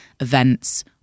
events